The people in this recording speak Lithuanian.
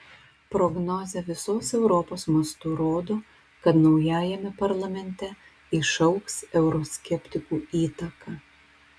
prognozė visos europos mastu rodo kad naujajame parlamente išaugs euroskeptikų įtaka